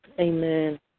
Amen